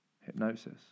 hypnosis